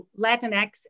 Latinx